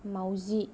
माउजि